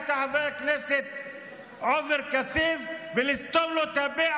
את חבר הכנסת עופר כסיף ולסתום לו את הפה,